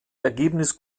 ergebnis